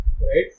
right